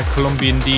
Colombian